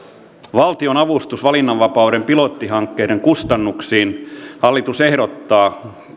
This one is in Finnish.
valtionavustus valinnanvapauden pilottihankkeiden kustannuksiin momentissa hallitus ehdottaa